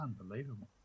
unbelievable